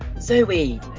zoe